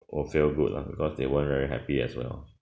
will feel good lah because they weren't very happy as well